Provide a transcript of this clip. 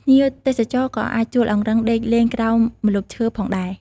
ភ្ញៀវទេសចរក៏អាចជួលអង្រឹងដេកលេងក្រោមម្លប់ឈើផងដែរ។